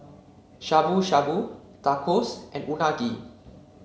Shabu Shabu Tacos and Unagi